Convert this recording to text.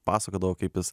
pasakodavo kaip jis